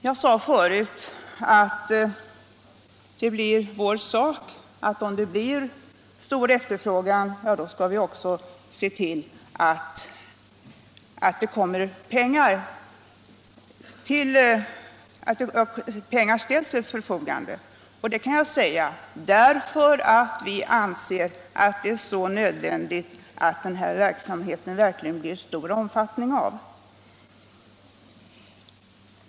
Jag sade i mitt förra inlägg att om det blir stor efterfrågan skall vi se till att pengar ställs till förfogande. Det kan jag säga därför att jag vet, att hela regeringen anser det nödvändigt att verksamheten blir av stor omfattning.